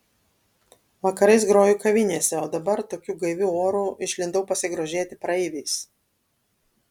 vakarais groju kavinėse o dabar tokiu gaiviu oru išlindau pasigrožėti praeiviais